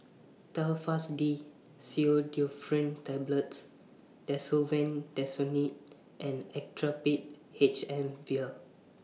Telfast D Pseudoephrine Tablets Desowen Desonide and Actrapid H M Vial